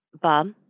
Bob